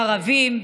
ערבים,